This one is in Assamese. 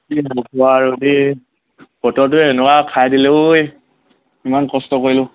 কি হ'ব আৰু দেই বতৰটোৱ এনেকুৱা খাই দিলে ঐ ইমান কষ্ট কৰিলোঁ